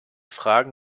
frage